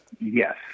yes